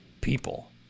people